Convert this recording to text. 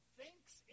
thinks